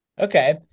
okay